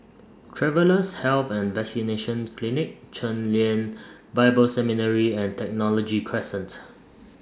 Travellers' Health and Vaccination Clinic Chen Lien Bible Seminary and Technology Crescent